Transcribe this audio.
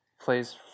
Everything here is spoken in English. plays